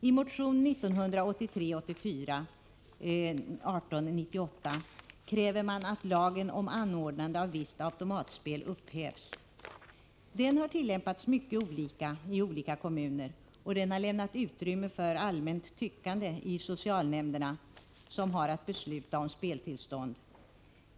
I motion 1983/84:1898 kräver man att lagen om anordnande av visst automatspel upphävs. Den har tillämpats mycket olika i olika kommuner, och den har lämnat utrymme för allmänt tyckande i socialnämnderna, som har att besluta om speltillstånd.